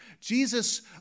Jesus